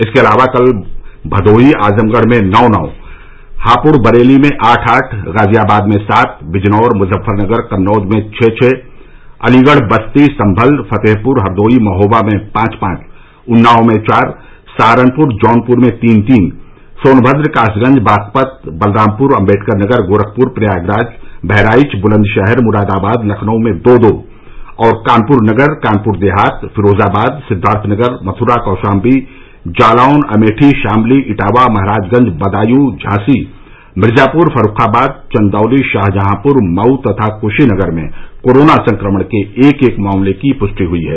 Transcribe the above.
इसके अलावा कल भदोही आजमगढ़ में नौ नौ हापुड़ बरेली में आठ आठ गाजियाबाद में सात बिजनौर मुजफ्फरनगर कन्नौज में छः छः अलीगढ़ बस्ती संभल फतेहपुर हरदोई महोबा में पांच पांच उन्नाव में चार सहारनपुर जौनपुर में तीन तीन सोनभद्र कासगंज बागपत बलरामपुर अम्बेडकरनगर गोरखपुर प्रयागराज बहराइच बुलन्दशहर मुरादाबाद लखनऊ में दो दो और कानपुर नगर कानपुर देहात फिरोजाबाद सिद्धार्थनगर मथुरा कौशाम्बी जालौन अमेठी शामली इटावा महराजगंज बदायूं झांसी मिर्जापुर फर्रुखाबाद चन्दौली शाहजहांपुर मऊ तथा कुशीनगर में कोरोना संक्रमण के एक एक मामले की प्रष्टि हयी है